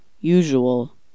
usual